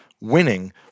winning